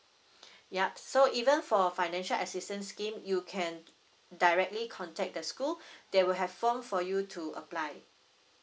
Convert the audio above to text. yup so even for financial assistance scheme you can directly contact the school they will have form for you to apply